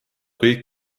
kõik